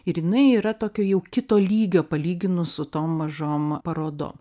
ir jinai yra tokia jau kito lygio palyginus su tom mažom parodom